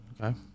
Okay